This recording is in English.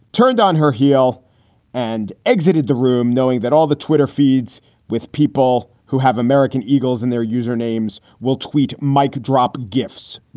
turned on her heel and exited the room, knowing that all the twitter feeds with people who have american eagles and their usernames will tweet. mike dropped gifs.